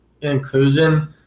inclusion